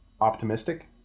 optimistic